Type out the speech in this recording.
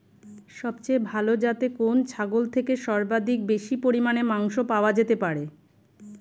সবচেয়ে ভালো যাতে কোন ছাগল থেকে সর্বাধিক বেশি পরিমাণে মাংস পাওয়া যেতে পারে?